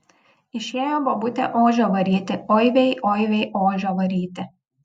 išėjo bobutė ožio varyti oi vei oi vei ožio varyti